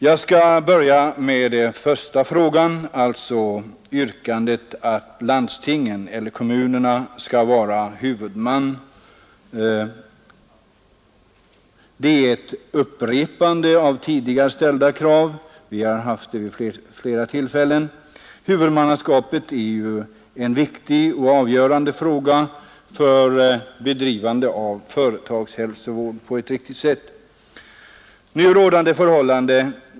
För att börja med yrkandet att landstinget eller kommunerna skall vara huvudman så är det ett upprepande av tidigare ställda krav. Huvudmannaskapet är en viktig och avgörande fråga vid bedrivande av en riktig företagshälsovård.